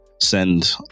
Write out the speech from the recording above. send